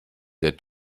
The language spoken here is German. der